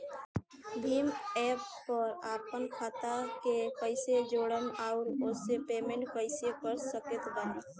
Bhim app पर आपन खाता के कईसे जोड़म आउर ओसे पेमेंट कईसे कर सकत बानी?